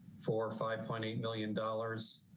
four or five point eight million dollars